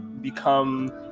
become